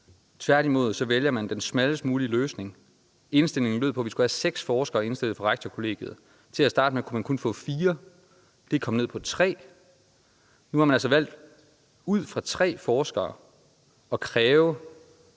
Tværtimod vælger man den smallest mulige løsning. Indstillingen lød på, at vi skulle have seks forskere indstillet fra Rektorkollegiet. Til at starte med kunne man kun få fire, og det kom ned på tre, og nu har man altså ud fra et antal på tre